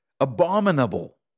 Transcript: Abominable